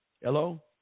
hello